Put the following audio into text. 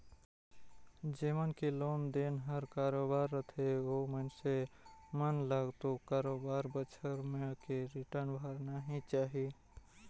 जेमन के लोन देन हर बरोबर रथे ओ मइनसे मन ल तो बरोबर बच्छर में के रिटर्न भरना ही चाही